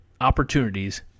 opportunities